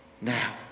now